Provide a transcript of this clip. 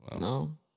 No